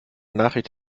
nachricht